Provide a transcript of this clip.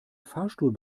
fahrstuhl